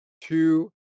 Two